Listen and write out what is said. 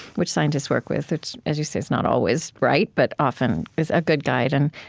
which scientists work with, which, as you say, is not always right, but often is a good guide. and